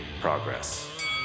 Progress